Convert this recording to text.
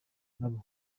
nabo